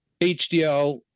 HDL